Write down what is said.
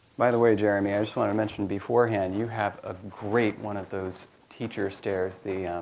by the way, jeremy, i just want to mention beforehand, you have a great one of those teacher stares, the